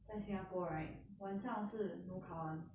在新加坡 right 晚上是 no car [one]